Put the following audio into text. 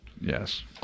Yes